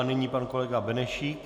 Nyní pan kolega Benešík.